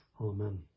Amen